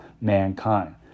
mankind